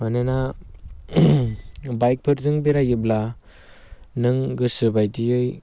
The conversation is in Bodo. मानोना बाइकफोरजों बेरायोब्ला नों गोसो बायदियै